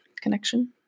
connection